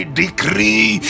decree